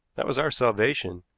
that was our salvation.